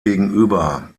gegenüber